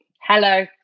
Hello